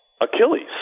Achilles